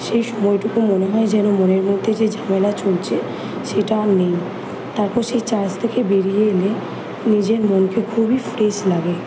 সেই সময়টুকু মনে হয় যেন মনের মধ্যে যে ঝামেলা চলছে সেটা আর নেই তারপর সেই চার্চ থেকে বেরিয়ে এলে নিজের মনকে খুবই ফ্রেশ লাগে